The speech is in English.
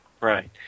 Right